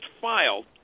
filed